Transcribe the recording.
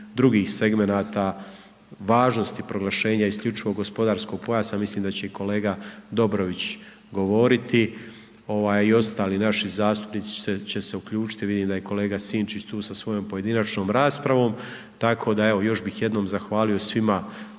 drugih segmenata važnosti proglašenja isključivog gospodarskog pojasa. Mislim da će i kolega Dobrović govoriti i ostali naši zastupnici će se uključiti, vidim da je kolega Sinčić sa svojom pojedinačnom raspravom. Tako da evo još bih jednom zahvalio svima